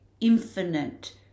infinite